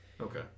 Okay